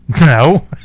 No